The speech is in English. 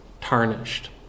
tarnished